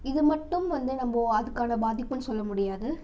இது மட்டும் வந்து நம்ம அதுக்கான பாதிப்புன்னு சொல்ல முடியாது